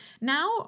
Now